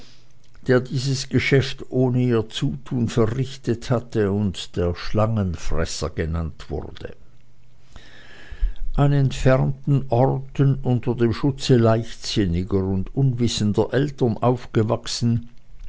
der dieses geschäft ohne ihr zutun verrichtet hatte und der schlangenfresser genannt wurde an entfernten orten unter dem schutze leichtsinniger und unwissender eltern aufgewachsen